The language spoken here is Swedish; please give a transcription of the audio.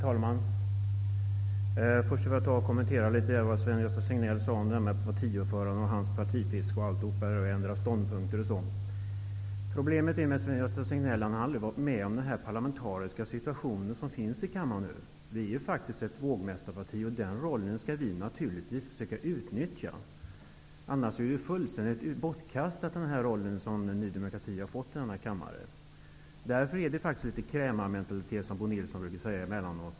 Herr talman! Först vill jag kommentera vad Sven Gösta Signell sade om det där med partiordföranden, hans partipiska, ändra ståndpunkter och så. Problemet med Sven-Gösta Signell är att han aldrig varit med om den parlamentariska situation som finns i kammaren just nu. Ny demokrati är faktiskt ett vågmästarparti. Den rollen skall vi naturligtvis försöka utnyttja, annars är den fullständigt bortkastad. Därför har vi faktiskt litet av krämarmentalitet, som Bo Nilsson brukar säga emellanåt.